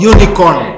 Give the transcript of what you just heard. Unicorn